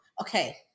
Okay